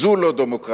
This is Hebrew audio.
זו לא דמוקרטיה.